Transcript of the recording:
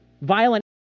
violent